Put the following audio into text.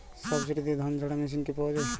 সাবসিডিতে ধানঝাড়া মেশিন কি পাওয়া য়ায়?